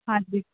ਹਾਂਜੀ